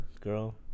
Girl